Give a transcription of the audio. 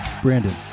Brandon